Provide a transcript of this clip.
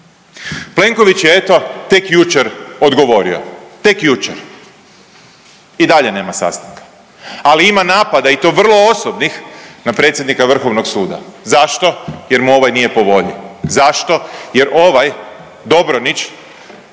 Plenković je eto tek jučer odgovorio, tek jučer. I dalje nema sastanka, ali ima napada i to vrlo osobnih na predsjednika Vrhovnog suda. Zašto? Jer mu ovaj nije po volji. Zašto? Jer ovaj Dobronić